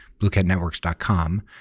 BlueCatNetworks.com